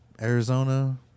Arizona